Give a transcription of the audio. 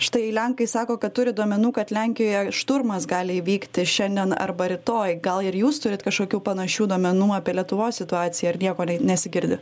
štai lenkai sako kad turi duomenų kad lenkijoje šturmas gali įvykti šiandien arba rytoj gal ir jūs turit kažkokių panašių duomenų apie lietuvos situaciją ar nieko nesigirdi